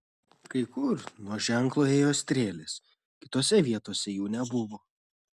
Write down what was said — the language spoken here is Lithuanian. kai kur nuo ženklo ėjo strėlės kitose vietose jų nebuvo